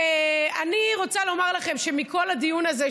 ואני רוצה לומר לכם שמכל הדיון הזה,